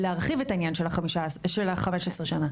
האם ניתן להרחיב את העניין של יותר מ-15 שנים?